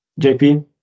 JP